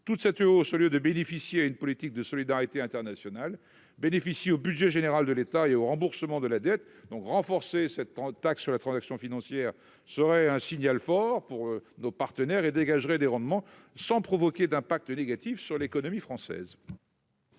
toute cette hausse au lieu de bénéficier à une politique de solidarité internationale bénéficie au budget général de l'État et au remboursement de la dette donc renforcer cette taxe sur les transactions financières serait un signal fort pour nos partenaires et dégagerait des rendements sans provoquer d'impact négatif sur l'économie française.